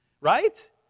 Right